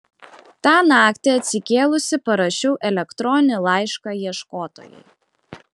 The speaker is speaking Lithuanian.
tą naktį atsikėlusi parašiau elektroninį laišką ieškotojai